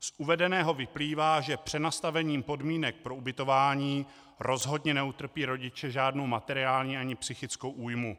Z uvedeného vyplývá, že přenastavením podmínek pro ubytování rozhodně neutrpí rodiče žádnou materiální ani psychickou újmu.